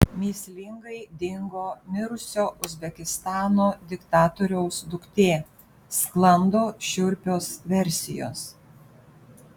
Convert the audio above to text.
mįslingai dingo mirusio uzbekistano diktatoriaus duktė sklando šiurpios versijos